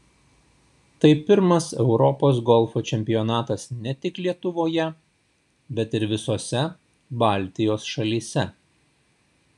tai pirmas europos golfo čempionatas ne tik lietuvoje bet ir visose baltijos šalyse